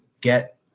get